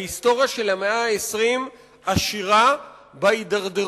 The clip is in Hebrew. ההיסטוריה של המאה ה-20 עשירה בהידרדרות